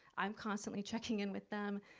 i'm constantly checking in with them.